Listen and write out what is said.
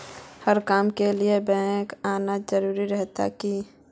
हर काम के लिए बैंक आना जरूरी रहते की?